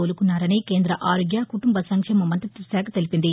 కోలుకున్నారని కేంద్ర ఆరోగ్య కుటుంబ సంక్షేమ మంతిత్వ శాఖ తెలిపింది